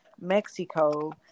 Mexico